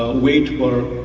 weight or